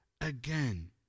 again